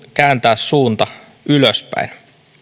kääntää suunta ylöspäin